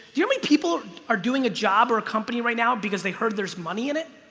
the only people are doing a job or a company right now because they heard there's money in it